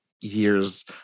years